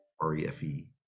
R-E-F-E